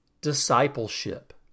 discipleship